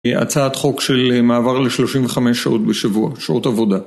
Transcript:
הצעת חוק של מעבר ל-35 שעות בשבוע, שעות עבודה.